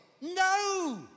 No